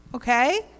Okay